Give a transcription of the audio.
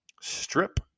strip